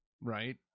right